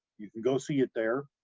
you can go see it there.